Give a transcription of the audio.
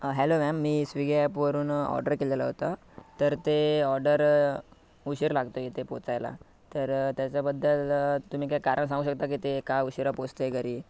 hello ma'am मी Swiggy ॲपवरून order केलेलं होतं तर ते ऑर्डर उशीर लागत आहे इथे पोचायला तर त्याच्याबद्दल तुम्ही काही कारण सांगू शकता की ते का उशिरा पोचत आहे घरी